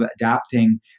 adapting